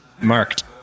marked